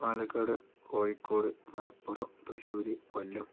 Palakkad Kozhikode Malappuram Thrissur Kollam